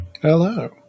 Hello